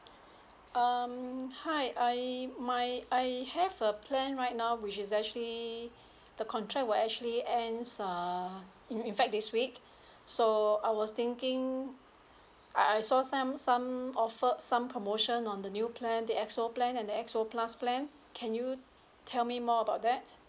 um hi I my I have a plan right now which is actually the contract will actually ends err in in fact this week so I was thinking I I saw some some offer some promotion on the new plan the X_O plan and the X_O plus plan can you tell me more about that